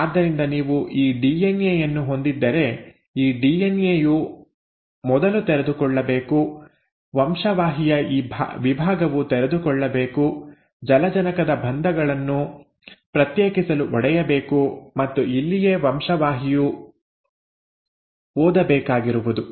ಆದ್ದರಿಂದ ನೀವು ಈ ಡಿಎನ್ಎ ಯನ್ನು ಹೊಂದಿದ್ದರೆ ಈ ಡಿಎನ್ಎ ಯು ಮೊದಲು ತೆರೆದುಕೊಳ್ಳಬೇಕು ವಂಶವಾಹಿಯ ಈ ವಿಭಾಗವು ತೆರೆದುಕೊಳ್ಳಬೇಕು ಜಲಜನಕದ ಬಂಧಗಳನ್ನು ಪ್ರತ್ಯೇಕಿಸಲು ಒಡೆಯಬೇಕು ಮತ್ತು ಇಲ್ಲಿಯೇ ವಂಶವಾಹಿಯು ಓದಬೇಕಾಗಿರುವುದು